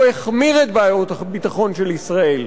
הוא החמיר את בעיות הביטחון של ישראל.